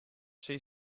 she